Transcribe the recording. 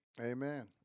Amen